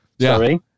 Sorry